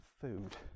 food